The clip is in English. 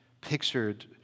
pictured